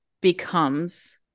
becomes